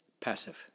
passive